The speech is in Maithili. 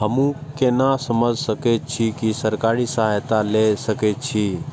हमू केना समझ सके छी की सरकारी सहायता ले सके छी?